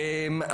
ממשלה,